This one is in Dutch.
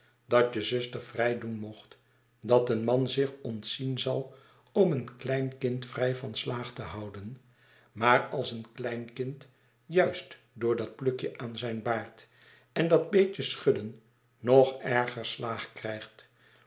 dat je zuster vrij doen mocht dat een man zich ontzien zal om een klein kind vrij van slaag te houden maar als een klein kind juist door dat plukje aan zijn baard en datbeetje schudden nog erger slaag krijgt